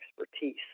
expertise